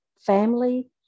family